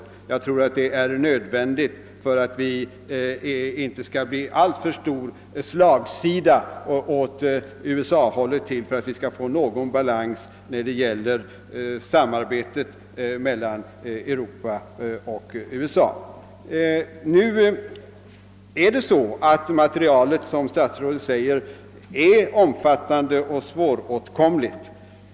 Jag tror det är nödvändigt att göra något för att det inte skall bli alltför stark slagsida åt USA-hållet, utan skapas nå gon balans när det gäller samarbetet mellan Europa och USA. Det är riktigt som statsrådet säger, att materialet är omfattande och svåråtkomligt.